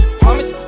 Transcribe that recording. promise